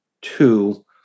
two